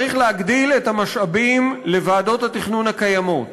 צריך להגדיל את המשאבים של ועדות התכנון הקיימות,